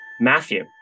Matthew